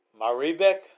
Maribek